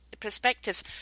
perspectives